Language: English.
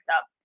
up